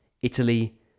Italy